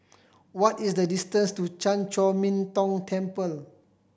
what is the distance to Chan Chor Min Tong Temple